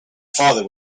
father